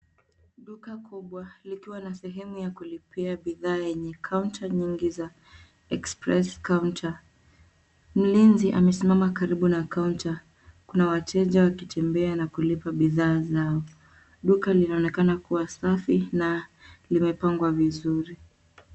Duka kubwa likiwa na sehemu ya kulipia bidhaa yenye counter nyingi za express counter. Mlinzi amesimama karibu na counter . Kuna wateja wakitembea na kulipa bidhaa zao. Duka linaonekana kuwa safi na limepangwa vizuri.